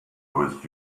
with